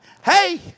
hey